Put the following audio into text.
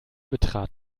betrat